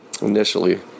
initially